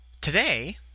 Today